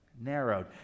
Narrowed